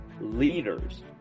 leaders